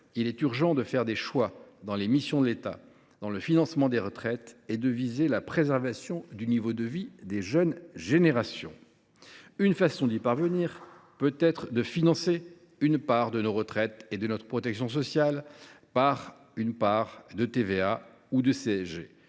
il est urgent de faire des choix dans les missions de l’État et dans le financement des retraites, afin de viser la préservation du niveau de vie des jeunes générations. Une façon d’y parvenir peut être de financer une part de nos retraites et de notre protection sociale par le biais d’une fraction de TVA ou de CSG.